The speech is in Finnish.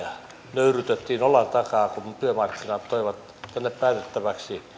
nöyryytettiin olan takaa kun työmarkkinat toivat tänne päätettäväksi